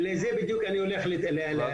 לזה בדיוק אני הולך להתייחס.